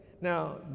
Now